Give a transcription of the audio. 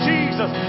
Jesus